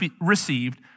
received